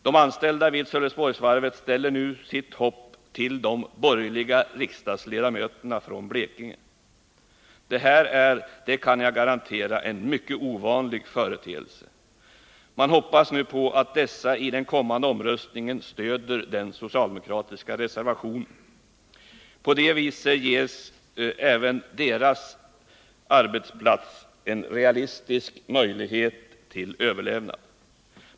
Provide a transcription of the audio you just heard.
De anställda vid Sölvesborgsvarvet ställer nu sitt hopp till de borgerliga riksdagsledamöterna från Blekinge. Det här är, det kan jag garantera, en mycket ovanlig företeelse. Man hoppas nu på att dessa i den kommande omröstningen stöder den socialdemokratiska reservationen. På det viset ges även deras arbetsplats en realistisk möjlighet till överlevnad.